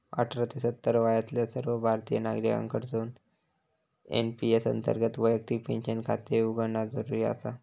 अठरा ते सत्तर वयातल्या सर्व भारतीय नागरिकांकडसून एन.पी.एस अंतर्गत वैयक्तिक पेन्शन खाते उघडणा जरुरी आसा